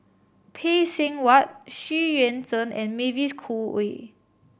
Phay Seng Whatt Xu Yuan Zhen and Mavis Khoo Oei